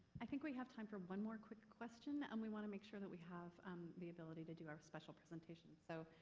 i think we have time for one more quick question and we want to make sure that we have um the ability to do our special presentations. so,